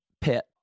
pet